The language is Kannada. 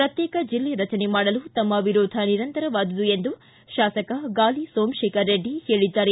ಪ್ರತ್ಯೇಕ ಜಿಲ್ಲೆ ರಚನೆ ಮಾಡಲು ತಮ್ಮ ವಿರೋಧ ನಿರಂತರವಾದುದು ಎಂದು ಶಾಸಕ ಗಾಲಿ ಸೋಮಶೇಖರ ರೆಡ್ಡಿ ಹೇಳಿದ್ದಾರೆ